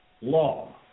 law